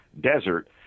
desert